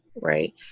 Right